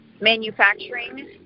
manufacturing